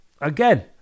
again